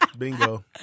Bingo